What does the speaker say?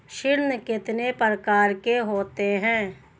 ऋण कितने प्रकार के होते हैं?